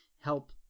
help